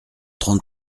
trente